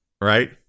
Right